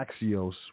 Axios